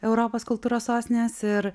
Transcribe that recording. europos kultūros sostinės ir